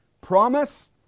promise